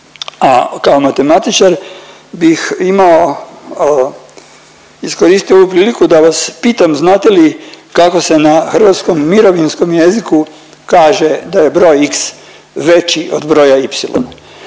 a kao matematičar bih imao, iskoristio ovu priliku da vas pitam znate li kako se na hrvatskom mirovinskom jeziku kaže da je broj x veći od broja y.